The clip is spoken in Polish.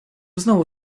znowu